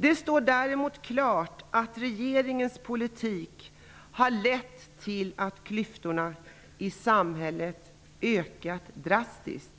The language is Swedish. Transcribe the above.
Det står däremot klart att regeringens politik har lett till att klyftorna i samhället har ökat drastiskt.